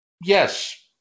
yes